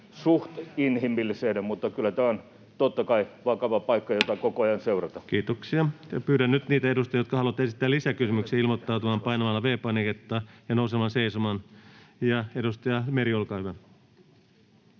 suht inhimillisenä, mutta kyllä tämä on totta kai vakava paikka, jota koko ajan seurataan. Kiitoksia. — Pyydän niitä edustajia, jotka haluavat esittää lisäkysymyksiä, ilmoittautumaan painamalla V-painiketta ja nousemalla seisomaan. — Edustaja Meri, olkaa hyvä.